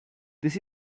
this